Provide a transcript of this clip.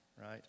right